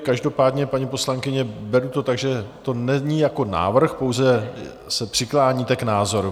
Každopádně, paní poslankyně, beru to tak, že to není jako návrh, pouze se přikláníte k názoru.